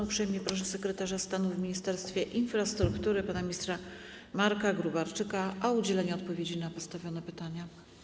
Uprzejmie proszę sekretarza stanu w Ministerstwie Infrastruktury pana ministra Marka Gróbarczyka o udzielenie odpowiedzi na postawione pytania.